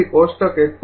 તેથી કોષ્ટક ૧